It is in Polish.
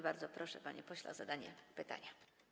Bardzo proszę, panie pośle, o zadanie pytania.